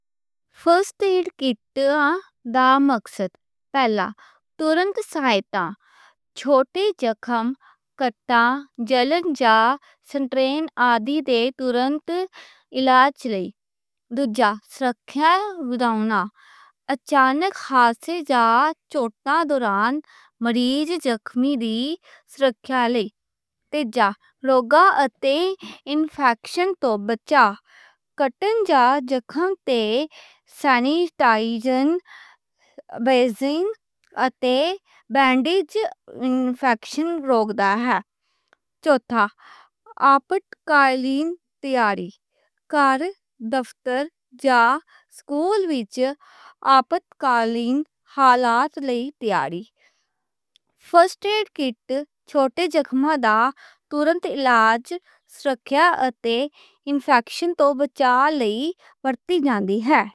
پہلی طبّی مدد کٹ دا مقصد، پہلا، تورنتی سہائتاں، چھوٹے زخم، کٹاں، جلناں جا سٹرین آدی دے تورنتی علاج لئی۔ دوجّا، سرکھیا ودھونا، اچانک حادثے جا چوٹن دوران مریض زخمی دی سرکھیا لئی۔ تیجا، روگاں اتے انفیکشن توں بچا، کٹناں جا زخم تے سینیٹائزیشن، بینڈیج تے انفیکشن روکدا ہے۔ چوٹھا، آفت کالین تیاری، کار، دفتر جا سکول وچ آفت کالین حالات لئی تیاری۔ پہلی طبّی مدد کٹ چھوٹے زخم دا تورنتی علاج، سرکھیا اتے انفیکشن توں بچا لئی ور‍تی بھی ہے۔